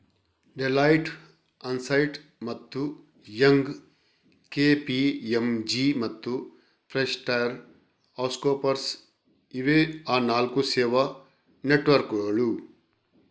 Deloitte, Ernst ಮತ್ತು Young, KPMG ಮತ್ತು PricewaterhouseCoopers ಇವೇ ಆ ನಾಲ್ಕು ಸೇವಾ ನೆಟ್ವರ್ಕ್ಕುಗಳು